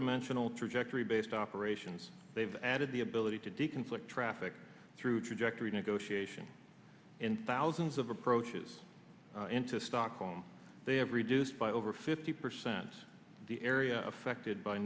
dimensional trajectory based operations they've added the ability to do conflict traffic through trajectory negotiation and thousands of approaches into stockholm they have reduced by over fifty percent the area affected by